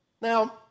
Now